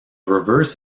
reverse